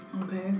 Okay